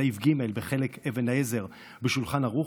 סעיף ג' בחלק אבן העזר בשולחן ערוך,